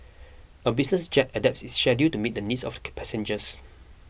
a business jet adapts its schedule to meet the needs of passengers